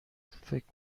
فکر